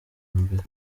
mbere